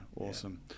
awesome